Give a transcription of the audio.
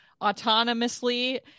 autonomously